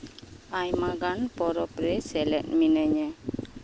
ᱟᱭᱢᱟᱜᱟᱱ ᱯᱚᱨᱚᱵᱽ ᱨᱮ ᱥᱮᱞᱮᱫ ᱢᱤᱱᱟᱹᱧᱟᱹ